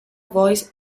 voice